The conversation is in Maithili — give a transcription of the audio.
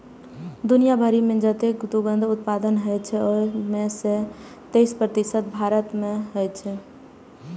दुनिया भरि मे जतेक दुग्ध उत्पादन होइ छै, ओइ मे सं तेइस प्रतिशत भारत मे होइ छै